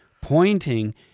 pointing